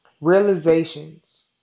realizations